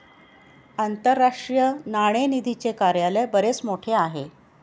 आंतरराष्ट्रीय नाणेनिधीचे कार्यालय बरेच मोठे आहे